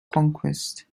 conquest